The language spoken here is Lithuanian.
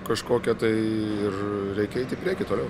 kažkokią tai ir reikia eit į priekį toliau